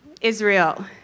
Israel